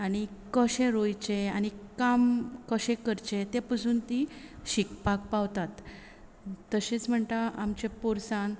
आनी कशें रोयचें आनी काम कशें करचें तें पसून ती शिकपाक पावतात तशेंच म्हणटा आमच्या पोरसान